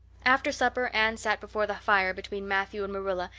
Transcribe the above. after supper anne sat before the fire between matthew and marilla,